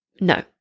no